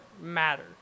matter